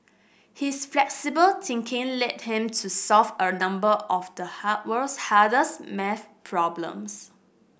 his flexible thinking led him to solve a number of the hard world's hardest maths problems